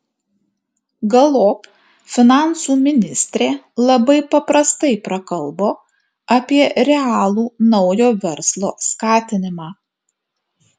galop finansų ministrė labai paprastai prakalbo apie realų naujo verslo skatinimą